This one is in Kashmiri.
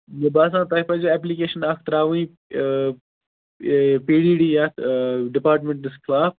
مےٚ باسان تۅہہِ پَزِ ایپلِکیشن اَکھ تَرٛاوٕنۍ پی ڈی ڈی یَتھ ڈِپارٹمٮ۪نٹس خٕلاف